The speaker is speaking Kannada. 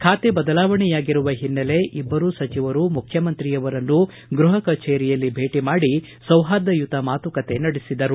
ಖಾತೆ ಬದಲಾವಣೆಯಾಗಿರುವ ಹಿನ್ನೆಲೆ ಇಬ್ಬರೂ ಸಚಿವರು ಮುಖ್ಯಮಂತ್ರಿ ಅವರನ್ನು ಅವರ ಗ್ಬಹ ಕಚೇರಿಯಲ್ಲಿ ಭೇಟಿ ಮಾಡಿ ಸೌರ್ಹಾದಯುತ ಮಾತುಕತೆ ನಡೆಸಿದರು